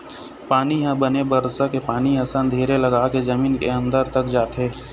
पानी ह बने बरसा के पानी असन धीर लगाके जमीन के अंदर तक जाथे